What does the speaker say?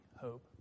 hope